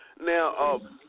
Now